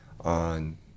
on